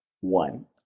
one